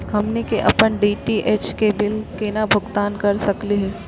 हमनी के अपन डी.टी.एच के बिल केना भुगतान कर सकली हे?